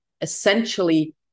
essentially